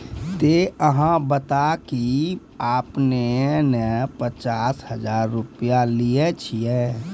ते अहाँ बता की आपने ने पचास हजार रु लिए छिए?